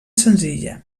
senzilla